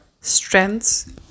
Strengths